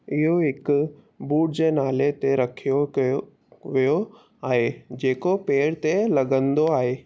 इहो हिकु बूट जे नाले ते रखियो कयो वियो आहे जेको पैर ते लॻंदो आहे